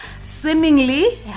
seemingly